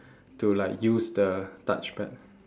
to like use the touchpad